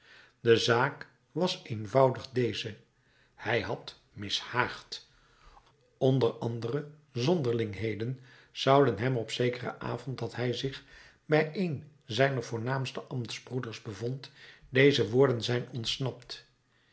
de zaak was eenvoudig deze hij had mishaagd onder andere zonderlingheden zouden hem op zekeren avond dat hij zich bij een zijner voornaamste ambtsbroeders bevond deze woorden zijn ontsnapt